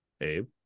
Abe